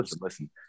listen